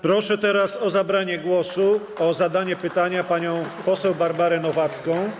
Proszę teraz o zabranie głosu, o zadanie pytania panią poseł Barbarę Nowacką.